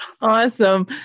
Awesome